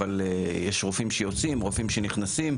אבל יש רופאים שנכנסים,